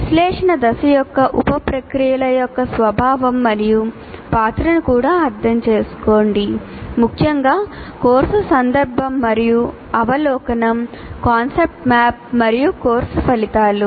విశ్లేషణ దశ యొక్క ఉప ప్రక్రియల యొక్క స్వభావం మరియు పాత్రను కూడా అర్థం చేసుకోండి ముఖ్యంగా కోర్సు సందర్భం మరియు అవలోకనం కాన్సెప్ట్ మ్యాప్ మరియు కోర్సు ఫలితాలు